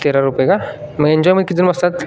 तेरा रुपये का मग एन्जॉयमध्ये कितीजण बसतात